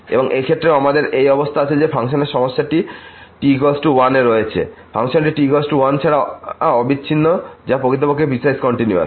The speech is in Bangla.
এবং এই ক্ষেত্রেও আমাদের একই অবস্থা আছে যে এই ফাংশনে সমস্যাটি t1 এ রয়েছে ফাংশনটি t1 ছাড়া অবিচ্ছিন্ন যা প্রকৃতপক্ষে পিসওয়াইস কন্টিনিউয়াস